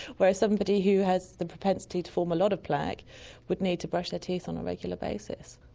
whereas somebody who has the propensity to form a lot of plaque would need to brush their teeth on a regular basis.